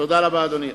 תודה רבה, אדוני.